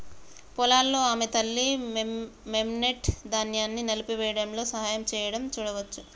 పొలాల్లో ఆమె తల్లి, మెమ్నెట్, ధాన్యాన్ని నలిపివేయడంలో సహాయం చేయడం చూడవచ్చు